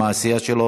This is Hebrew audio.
עם העשייה שלו,